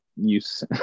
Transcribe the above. use